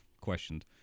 questioned